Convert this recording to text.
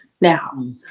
now